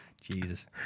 Jesus